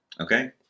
Okay